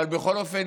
אבל בכל אופן,